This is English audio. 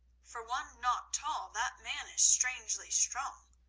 for one not tall that man is strangely strong,